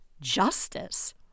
justice